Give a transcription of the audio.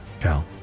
Cal